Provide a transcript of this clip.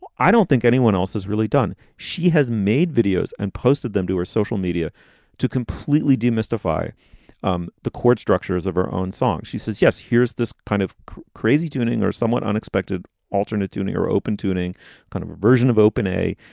but i don't think anyone else has really done. she has made videos and posted them to her social media to completely demystify um the chord structures of her own song. she says, yes, here's this kind of crazy tuning or somewhat unexpected alternate tuning or open tuning kind of a version of open a.